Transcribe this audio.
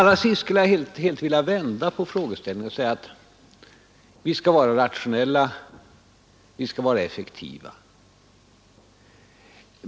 Allra sist skulle jag helt vilja vända på frågeställningen och säga: Vi skall vara rationella, vi skall vara effektiva.